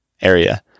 area